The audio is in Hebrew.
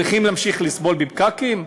צריכים להמשיך לסבול בפקקים?